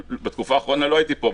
בתקופה האחרונה לא הייתי פה,